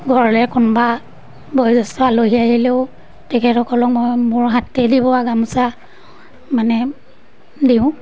ঘৰলৈ কোনোবা বয়োজ্যেষ্ঠ আলহী আহিলেও তেখেতসকলক মই মোৰ হাতে দি বোৱা গামোচা মানে দিওঁ